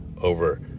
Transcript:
over